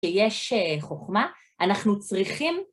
כשיש חוכמה, אנחנו צריכים...